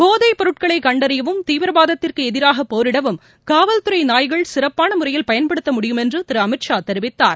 போதைப்பொருட்களை கண்டறியவும் தீவிரவாதத்திற்கு எதிராக போரிடவும் காவல்துறை நாய்களை சிறப்பாள முறையில் பயன்படுத்த முடியும் என்று திரு அமித் ஷா தெரிவித்தார்